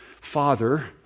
Father